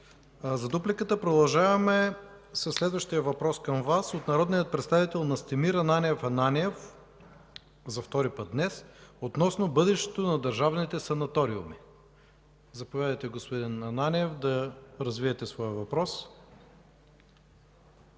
Министър. Продължаваме със следващия въпрос към Вас от народния представител Настимир Ананиев – за втори път днес, относно бъдещето на държавните санаториуми. Заповядайте, господин Ананиев, да развиете своя въпрос.